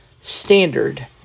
standard